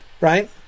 right